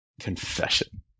confession